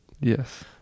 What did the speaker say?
Yes